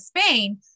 Spain